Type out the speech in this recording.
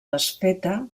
desfeta